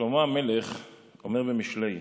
שלמה המלך אומר במשלי: